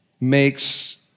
makes